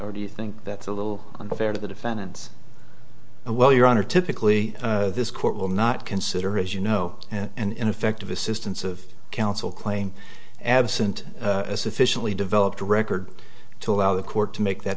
or do you think that's a little unfair to the defendants and well your honor typically this court will not consider as you know an ineffective assistance of counsel claim absent a sufficiently developed record to allow the court to make that